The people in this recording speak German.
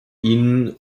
ihnen